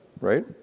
right